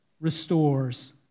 restores